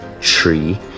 tree